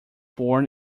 born